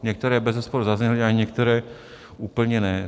Některé bezesporu zazněly, ale některé úplně ne.